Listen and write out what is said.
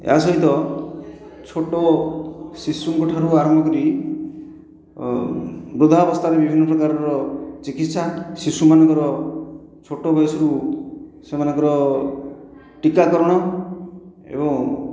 ଏହା ସହିତ ଛୋଟ ଶିଶୁଙ୍କ ଠାରୁ ଆରମ୍ଭ କରି ବୃଦ୍ଧା ଅବସ୍ଥାରେ ବିଭିନ୍ନ ପ୍ରକାର ଚିକିତ୍ସା ଶିଶୁମାନଙ୍କର ଛୋଟ ବୟସରୁ ସେମାନଙ୍କର ଟିକାକରଣ ଏବଂ